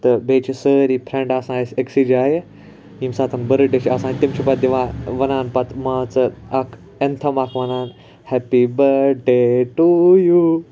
تہٕ بیٚیہِ چھِ سٲری فرنٛڑ آسان اَسہِ اکسٕے جایہِ یمہِ ساتہٕ بٔرتھ ڈے چھُ آسان تِم چھِ پَتہٕ دِوان وَنان پَتہِ مان ژٕ اَکھ ایٚنتھَم اَکھ وَنان happy birthday to U